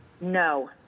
No